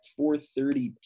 4.30